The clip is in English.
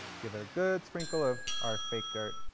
give it a good sprinkle of our fake dirt.